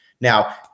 Now